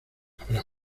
habrá